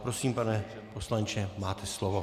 Prosím, pane poslanče, máte slovo.